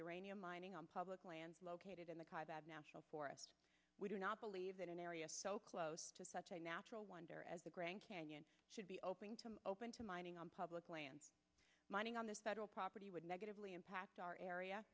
uranium mining on public lands located in the national forest we do not believe that an area so close to such a natural wonder as the grand canyon should be open open to mining on public land mining on this federal property would negatively impact our area